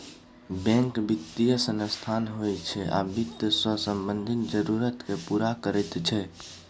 bank बित्तीय संस्थान होइ छै आ बित्त सँ संबंधित जरुरत केँ पुरा करैत छै